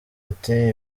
ati